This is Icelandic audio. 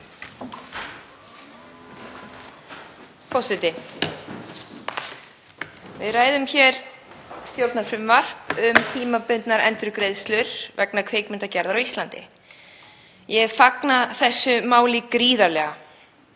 Forseti. Við ræðum hér stjórnarfrumvarp um tímabundnar endurgreiðslur vegna kvikmyndagerðar á Íslandi. Ég fagna þessu máli gríðarlega